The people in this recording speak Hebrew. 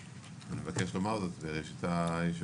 ואני מבקש לומר זאת בראשית הישיבה.